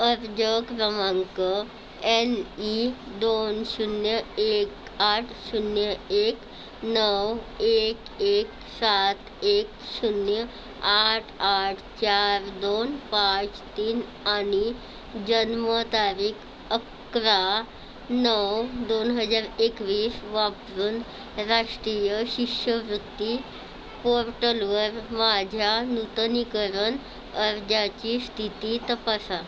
अर्ज क्रमांक N E दोन शून्य एक आठ शून्य एक नऊ एक एक सात एक शून्य आठ आठ चार दोन पाच तीन आणि जन्मतारीख अकरा नऊ दोन हजार एकवीस वापरून राष्ट्रीय शिष्यवृत्ती पोर्टलवर माझ्या नूतनीकरण अर्जाची स्थिती तपासा